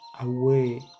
away